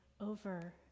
over